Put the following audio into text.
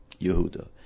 Yehuda